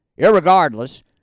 Irregardless